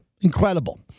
Incredible